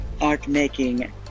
art-making